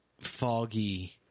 foggy